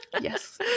yes